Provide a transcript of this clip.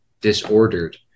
disordered